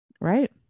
Right